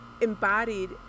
embodied